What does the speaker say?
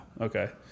Okay